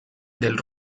del